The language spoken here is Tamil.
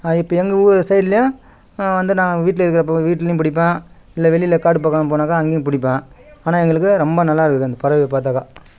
இப்போ எங்கள் ஊர் சைடுலியும் வந்து நான் வீட்டில் இருக்கிறப்போ வீட்லேயும் பிடிப்பேன் இல்லை வெளியில் காட்டுப் பக்கம் போனாக்கா அங்கேயும் பிடிப்பேன் ஆனால் எங்களுக்கு ரொம்ப நல்லா இருக்குது அந்த பறவை பார்த்தாக்கா